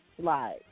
slide